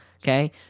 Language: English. okay